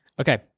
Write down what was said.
Okay